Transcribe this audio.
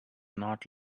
not